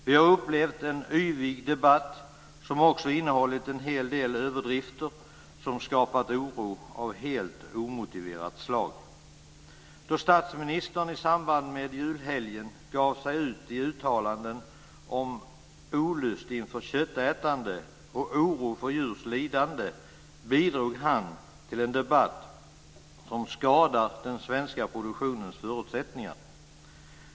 Vi har upplevt en yvig debatt som också innehållit en hel del överdrifter som skapat oro av helt omotiverat slag. Då statsministern i samband med julhelgen gjorde uttalanden om olust inför köttätande och oro för djurs lidande bidrog han till en debatt som skadar den svenska produktionens förutsättningar.